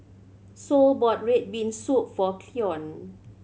Sol bought red bean soup for Cleon